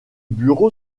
bureau